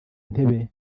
ntebe